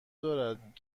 دارد